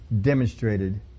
demonstrated